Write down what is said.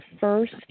first